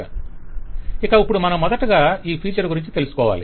vendor ఇక ఇప్పుడు మనం మొదటగా ఈ ఫీచర్ గురించి తెలుసుకోవాలి